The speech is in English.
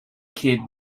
kid